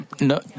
no